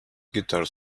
guitar